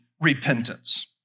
repentance